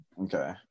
Okay